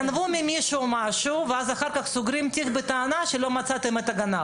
גנבו ממישהו משהו ואז אחר כך סוגרים את התיק בטענה שלא מצאתם את הגנב.